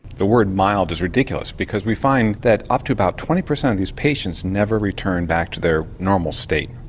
the word mild is ridiculous because we find that up to about twenty percent of these patients never return back to their normal state.